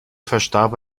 verstarb